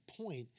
point